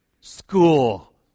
school